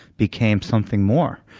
became something more.